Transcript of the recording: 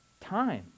time